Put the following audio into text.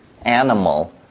animal